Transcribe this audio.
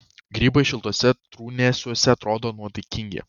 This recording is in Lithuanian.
grybai šiltuose trūnėsiuose atrodo nuotaikingai